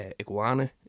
iguana